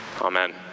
Amen